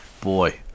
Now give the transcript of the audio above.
boy